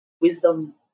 wisdom